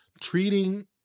treating